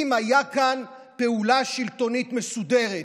אם הייתה כאן פעולה שלטונית מסודרת.